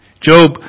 Job